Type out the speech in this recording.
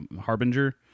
Harbinger